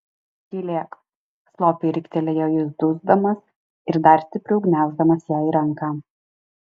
tylėk slopiai riktelėjo jis dusdamas ir dar stipriau gniauždamas jai ranką